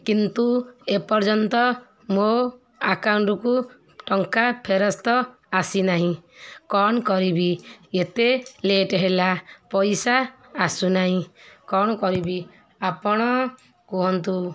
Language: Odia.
କିନ୍ତୁ ଏପର୍ଯ୍ୟନ୍ତ ମୋ ଆକାଉଣ୍ଟ୍କୁ ଟଙ୍କା ଫେରସ୍ତ ଆସିନାହିଁ କ'ଣ କରିବି ଏତେ ଲେଟ୍ ହେଲା ପଇସା ଆସୁନାହିଁ କ'ଣ କରିବି ଆପଣ କୁହନ୍ତୁ